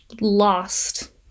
lost